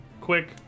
quick